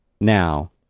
now